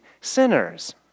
sinners